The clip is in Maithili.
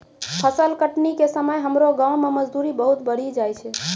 फसल कटनी के समय हमरो गांव मॅ मजदूरी बहुत बढ़ी जाय छै